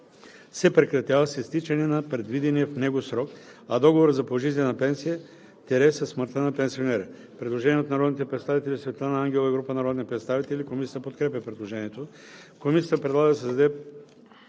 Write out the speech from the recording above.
се прекратява с изтичане на предвидения в него срок, а договорът за пожизнена пенсия – със смъртта на пенсионера.“ Предложение от народния представител Светлана Ангелова и група народни представители. Комисията подкрепя предложението. Комисията предлага да се създаде